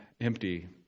empty